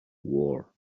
war